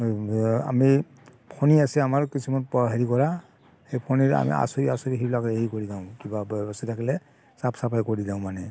আমি ফণী আছে আমাৰ কিছুমান প হেৰি কৰা সেই ফণীৰে আমি আঁচুৰি আঁচুৰি সেইবিলাক হেৰি কৰি যাওঁ কিবা বাচি থাকিলে চাফ চাফাই কৰি দিওঁ মানে